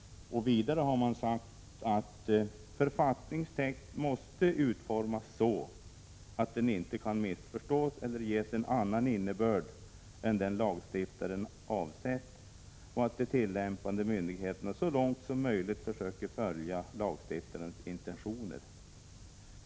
Vidare har sagts att författningstext måste utformas så att den inte kan missförstås eller ges en annan innebörd än den lagstiftaren avsett och så att de tillämpande myndigheterna så långt som möjligt söker följa lagstiftarens intentioner.